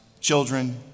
children